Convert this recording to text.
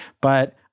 But-